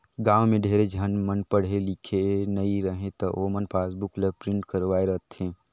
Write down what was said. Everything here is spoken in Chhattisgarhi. गाँव में ढेरे झन मन पढ़े लिखे नई रहें त ओमन पासबुक ल प्रिंट करवाये रथें